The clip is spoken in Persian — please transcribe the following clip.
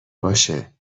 باشه